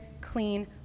clean